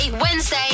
Wednesday